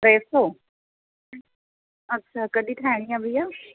टे सौ अच्छा कॾहिं ठाहिणी आहे भैया